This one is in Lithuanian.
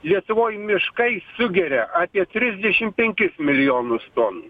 lietuvoj miškai sugeria apie trisdešim penkis milijonus tonų